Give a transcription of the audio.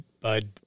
Bud